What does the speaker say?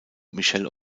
michelle